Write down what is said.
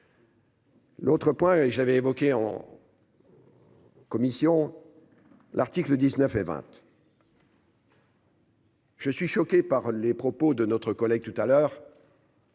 L'autre point et j'avais évoqué en. Commission. L'article 19 et 20. Je suis choqué par les propos de notre collègue tout à l'heure.